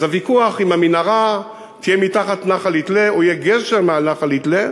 אז הוויכוח על המנהרה שתהיה מתחת נחל-יתלה או שיהיה גשר על נחל-יתלה,